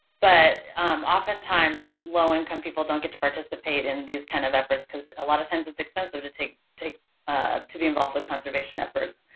but oftentimes, low-income people don't get to participate in these kind of efforts because a lot of times it's expensive to take take to be involved with conservation efforts.